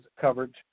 coverage